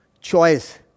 choice